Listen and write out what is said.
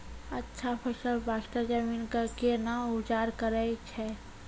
अच्छा फसल बास्ते जमीन कऽ कै ना उपचार करैय छै